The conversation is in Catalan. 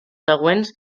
següents